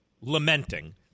lamenting